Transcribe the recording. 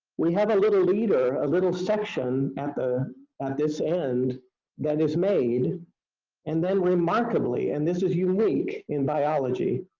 we have a little leader, a little section at the and this end that is made and then remarkably, and this is unique in biology,